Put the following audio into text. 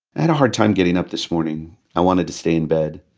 i had a hard time getting up this morning. i wanted to stay in bed.